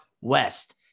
west